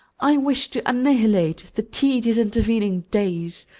i wished to annihilate the tedious intervening days.